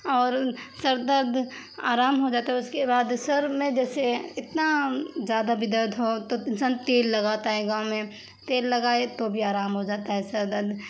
اور سر درد آرام ہو جاتا ہے اس کے بعد سر میں جیسے اتنا زیادہ بھی درد ہو تو انسان تیل لگاتا ہے گاؤں میں تیل لگائے تو بھی آرام ہو جاتا ہے سر درد